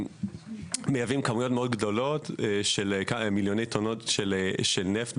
מייבאים כמויות נפט מאוד גדולות של מיליוני טונות בשנה,